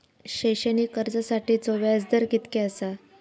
शैक्षणिक कर्जासाठीचो व्याज दर कितक्या आसा?